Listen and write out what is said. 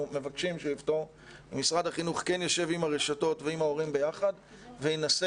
מבקשים שהוא יפתור יישב עם הרשתות ועם ההורים ביחד וינסה